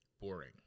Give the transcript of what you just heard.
boring